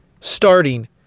starting